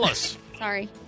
Sorry